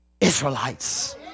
Israelites